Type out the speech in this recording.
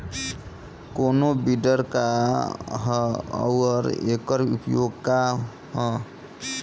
कोनो विडर का ह अउर एकर उपयोग का ह?